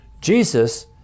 Jesus